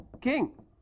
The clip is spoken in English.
king